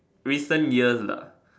recent years lah